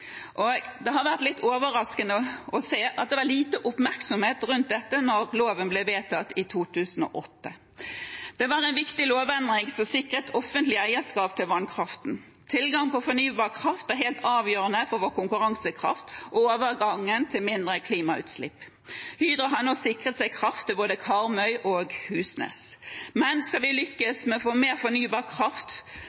Det har vært litt overraskende å se at det var lite oppmerksomhet rundt dette da loven ble vedtatt i 2008. Det var en viktig lovendring som sikret offentlig eierskap til vannkraften. Tilgang på fornybar kraft er helt avgjørende for vår konkurransekraft og overgangen til mindre klimautslipp. Hydro har nå sikret seg kraft til både Karmøy og Husnes. Men skal vi